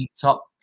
top